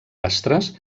astres